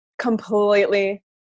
completely